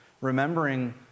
remembering